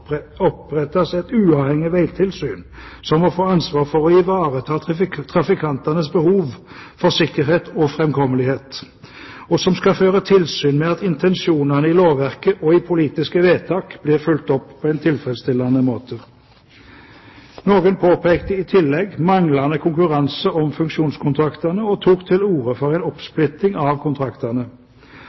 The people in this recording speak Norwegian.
måtte opprettes et uavhengig veitilsyn som må få ansvar for å ivareta trafikantenes behov for sikkerhet og framkommelighet, og som skal føre tilsyn med at intensjonene i lovverket og i politiske vedtak blir fulgt opp på en tilfredsstillende måte. Noen påpekte i tillegg manglende konkurranse om funksjonskontraktene og tok til orde for en oppsplitting av kontraktene.